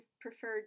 preferred